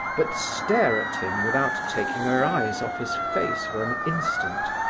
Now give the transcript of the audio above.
but stare at him, without taking her eyes off his face for an instant.